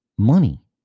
Money